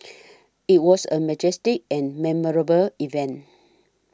it was a majestic and memorable event